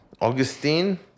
Augustine